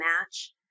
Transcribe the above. match